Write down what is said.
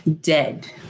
dead